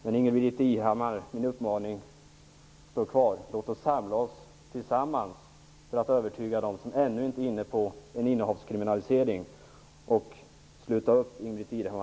Min uppmaning till Ingbritt Irhammar står kvar. Låt oss samla oss för att övertyga dem som ännu inte är inne på en kriminalisering av innehav av barnpornografi!